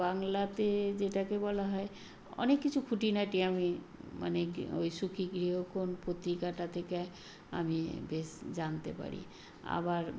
বাংলাতে যেটাকে বলা হয় অনেক কিছু খুঁটিনাটি আমি মানে ওই সুখী গৃহকোণ পত্রিকাটা থেকে আমি বেশ জানতে পারি আবার